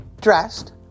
dressed